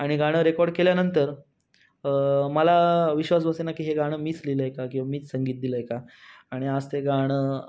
आणि गाणं रेकॉर्ड केल्यानंतर मला विश्वास बसेना की हे गाणं मीच लिहिलं आहे का किंवा मीच संगीत दिलं आहे का आणि आज ते गाणं